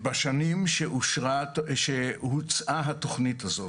בשנים של התכנית הזאת.